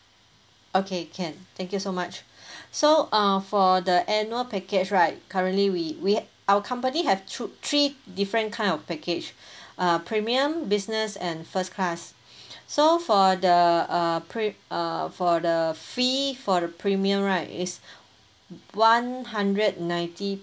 okay can thank you so much so uh for the annual package right currently we we our company have two three different kind of package uh premium business and first class so for the err pre~ uh for the fee for the premium right is one hundred ninety